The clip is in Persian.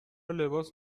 لباس